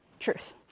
truth